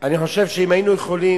אני חושב שאם היינו יכולים